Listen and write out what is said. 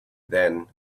then